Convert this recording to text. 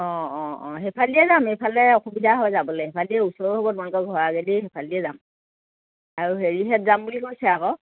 অঁ অঁ অঁ সেইফালেদিয়ে যাম এইফালে অসুবিধা হয় যাবলৈ সেইফালেদি ওচৰো হ'ব তোমালোকৰ ঘৰৰ আগেদিয়ে সেইফালেদিয়ে যাম আৰু হেৰিহঁত যাম বুলি কৈছে আক